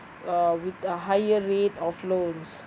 uh with a higher rate of loans